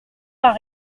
pas